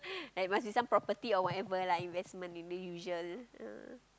like must be some property or whatever lah investment in the usual